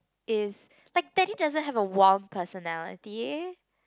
is like daddy doesn't have a warm personality